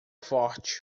forte